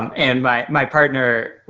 and my my partner,